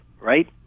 right